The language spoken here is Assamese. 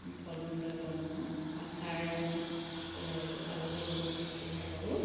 ফল মূলে বনোৱা আচাৰে আমি আলহীজনক শুশ্ৰূষা কৰোঁ